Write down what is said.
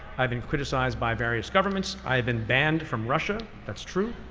i've been criticized by various governments. i've been banned from russia. that's true.